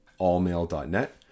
allmail.net